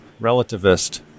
relativist